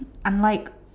I'm like